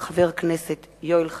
מאת חבר הכנסת יואל חסון,